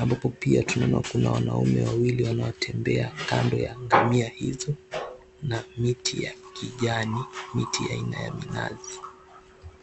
Ambapo pia tunaona kuna wanaume wawili wanaotembea kando ya ngamia hizo na miti ya kijani, miti aina ya minazi.